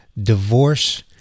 divorce